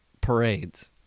parades